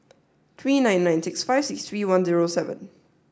three nine nine six five six three one zero seven